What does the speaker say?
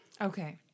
Okay